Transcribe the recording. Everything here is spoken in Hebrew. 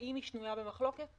האם היא שנויה במחלוקת?